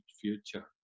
future